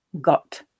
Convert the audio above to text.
got